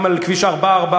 גם על כביש 444,